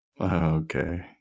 okay